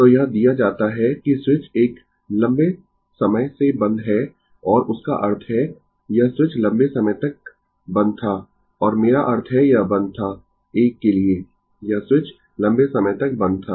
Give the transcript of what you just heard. तो यह दिया जाता है कि स्विच एक लंबे समय से बंद है और उसका अर्थ है यह स्विच लंबे समय तक बंद था और मेरा अर्थ है यह बंद था एक के लिए यह स्विच लंबे समय तक बंद था